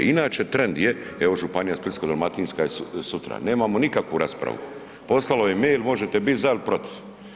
Inače, trend je, evo županija Splitsko-dalmatinska je sutra, nemamo nikakvu raspravu, poslalo je mail, možete biti za ili protiv.